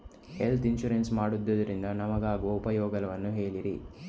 Health insurance ಮಾಡೋದ್ರಿಂದ ನಮಗಾಗುವ ಉಪಯೋಗವನ್ನು ಹೇಳ್ತೀರಾ?